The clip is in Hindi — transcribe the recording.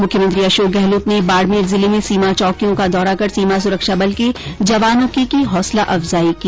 मुख्यमंत्री अशोक गहलोत ने बाडमेर जिले में सीमा चौकियों का दौरा कर सीमा सुरक्षा बल के जवानों की हौसला अफजाई की